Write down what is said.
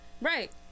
right